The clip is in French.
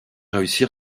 réussir